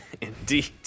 indeed